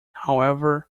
however